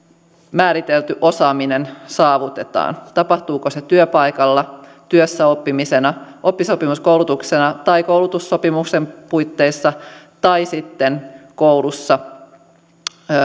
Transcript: määritelty osaaminen parhaiten saavutetaan tapahtuuko se työpaikalla työssäoppimisena oppisopimuskoulutuksena tai koulutussopimuksen puitteissa tai sitten koulussa